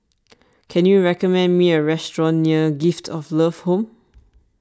can you recommend me a restaurant near Gift of Love Home